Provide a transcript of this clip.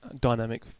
dynamic